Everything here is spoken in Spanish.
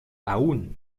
aún